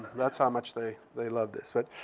that's how much they they loved this. but